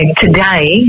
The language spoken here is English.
today